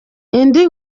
indi